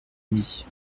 demi